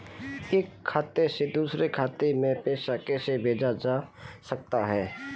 एक खाते से दूसरे खाते में पैसा कैसे भेजा जा सकता है?